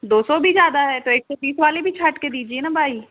दो सौ भी ज़्यादा है तो एक सौ बीस वाले भी छांट के दीजिए ना बाई